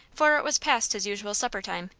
for it was past his usual supper time,